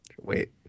Wait